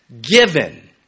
given